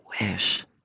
wish